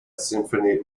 symphony